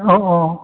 औ औ